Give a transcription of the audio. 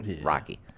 Rocky